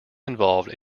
involved